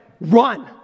run